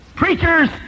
Preachers